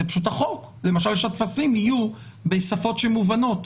זה פשוט החוק שהטפסים יהיו בשפות שמובנות.